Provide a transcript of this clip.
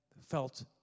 felt